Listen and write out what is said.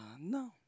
no